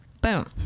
Boom